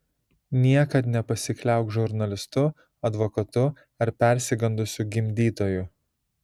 niekad nepasikliauk žurnalistu advokatu ar persigandusiu gimdytoju